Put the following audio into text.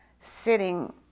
sitting